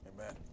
Amen